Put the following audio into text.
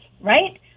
right